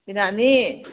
ꯕꯤꯅꯥꯅꯤ